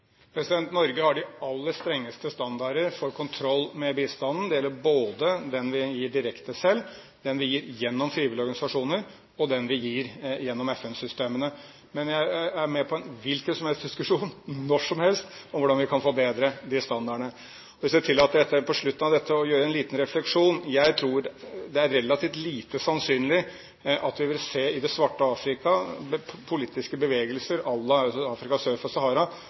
Norge har de aller strengeste standarder for kontroll med bistanden. Det gjelder både den vi gir direkte selv, den vi gir gjennom frivillige organisasjoner, og den vi gir gjennom FN-systemene. Men jeg er med på en hvilken som helst diskusjon, når som helst, om hvordan vi kan forbedre de standardene. Jeg tillater meg nå på slutten av dette å gjøre meg en liten refleksjon: Jeg tror det er relativt lite sannsynlig at vi vil se i det svarte Afrika, altså Afrika sør for Sahara, politiske bevegelser